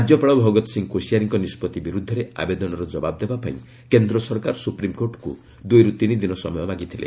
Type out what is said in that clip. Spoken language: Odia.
ରାଜ୍ୟପାଳ ଭଗତ ସିଂହ କୋସିଆରୀଙ୍କ ନିଷ୍ପଭି ବିର୍ଦ୍ଧରେ ଆବେଦନର ଜବାବ ଦେବା ପାଇଁ କେନ୍ଦ୍ର ସରକାର ସ୍ରପ୍ରିମ୍କୋର୍ଟଙ୍କ ଦୂଇର୍ ତିନି ଦିନ ସମୟ ମାଗିଥିଲେ